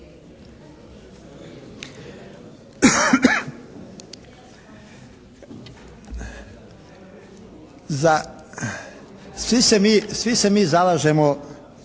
Svi se mi zalažemo